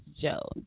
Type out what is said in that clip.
Joe